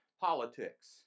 politics